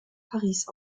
paris